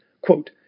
Quote